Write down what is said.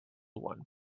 one